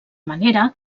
manera